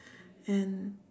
and